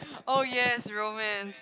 oh yes romance